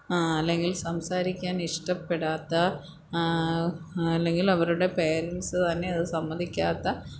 അല്ലെങ്കില് സംസാരിക്കാൻ ഇഷ്ടപ്പെടാത്ത അല്ലെങ്കിൽ അവരുടെ പേരന്സ് തന്നെ അത് സമ്മതിക്കാത്ത